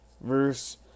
verse